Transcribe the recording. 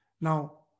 Now